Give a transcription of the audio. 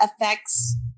affects